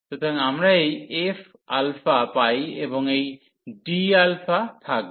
সুতরাং আমরা এই f আলফা পাই এবং এই ডি ডেল্টা আলফা থাকবে